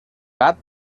gat